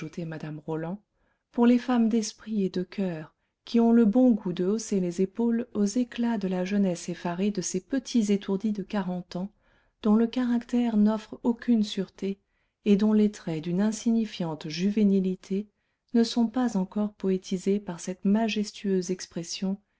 mme roland pour les femmes d'esprit et de coeur qui ont le bon goût de hausser les épaules aux éclats de la jeunesse effarée de ces petits étourdis de quarante ans dont le caractère n'offre aucune sûreté et dont les traits d'une insignifiante juvénilité ne sont pas encore poétisés par cette majestueuse expression